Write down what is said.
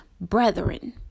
brethren